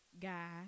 guy